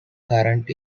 current